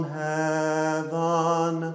heaven